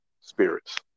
spirits